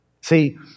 See